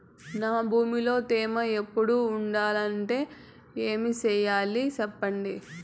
నా భూమిలో తేమ ఎప్పుడు ఉండాలంటే ఏమి సెయ్యాలి చెప్పండి?